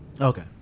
okay